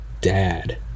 dad